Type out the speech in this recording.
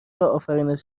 آفرینش